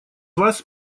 вас